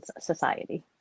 society